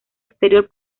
exterior